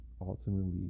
ultimately